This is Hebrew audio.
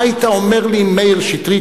מה היית אומר לי אם מאיר שטרית,